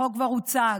החוק כבר הוצג.